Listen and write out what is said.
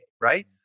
right